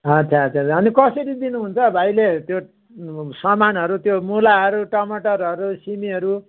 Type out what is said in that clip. अच्छा अच्छा अनि कसरी दिनुहुन्छ भाइले त्यो सामानहरू त्यो मुलाहरू टमाटरहरू सिमीहरू